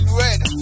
red